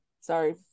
sorry